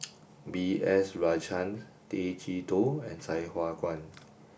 B S Rajhans Tay Chee Toh and Sai Hua Kuan